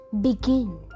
begin